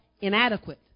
inadequate